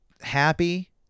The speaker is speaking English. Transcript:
happy